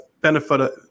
benefit